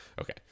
Okay